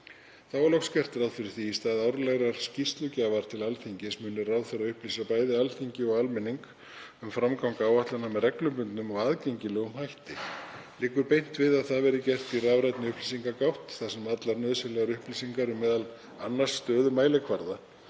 Þá er loks gert ráð fyrir því að í stað árlegrar skýrslugjafar til Alþingis muni ráðherra upplýsa bæði Alþingi og almenning um framgang áætlananna með reglubundnum og aðgengilegum hætti. Liggur beint við að það verði gert í rafrænni upplýsingagátt þar sem allar nauðsynlegar upplýsingar um meðal annars stöðu mælikvarða